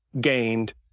gained